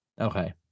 Okay